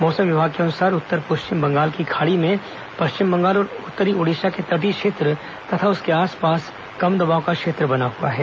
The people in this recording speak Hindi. मौसम विभाग के अनुसार उत्तर पश्चिम बंगाल की खाड़ी में पश्चिम बंगाल और उत्तरी ओडिशा के तटीय क्षेत्र तथा उसके आसपॉस कम दबाव का क्षेत्र बना हुआ है